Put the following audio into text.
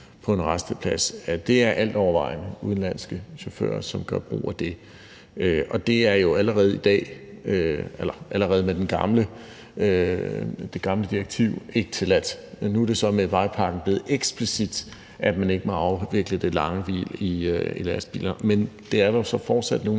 på en rasteplads, er det altovervejende udenlandske chauffører, som gør brug af det, og det er jo allerede med det gamle direktiv ikke tilladt. Nu er det så med vejpakken blevet eksplicit, at man ikke må afvikle det lange hvil i lastbiler, men det er der så fortsat nogle,